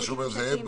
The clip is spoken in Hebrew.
לפי מה שאומר זאב,